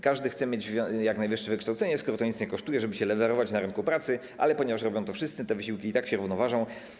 Każdy chce mieć jak najwyższe wykształcenie - skoro to nic nie kosztuje - żeby się lewarować na rynku pracy, ale ponieważ robią to wszyscy, te wysiłki i tak się równoważą.